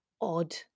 odd